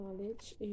knowledge